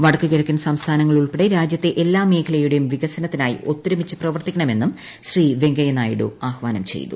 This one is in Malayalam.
വടക്കു കിഴക്കൻ സംസ്ഥാനങ്ങൾ ഉൾപ്പെടെ രാജ്യൂത്തെ എല്ലാ മേഖലയുടെയും വികസനത്തിനായി ഒത്തൊരുമിച്ച് പ്രവർത്തിക്കണമെന്നും ശ്രീ നായിഡു ആഹ്വാനം ചെയ്തു